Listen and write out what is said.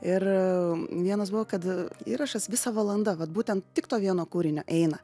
ir vienas buvo kad įrašas visa valanda vat būtent tik to vieno kūrinio eina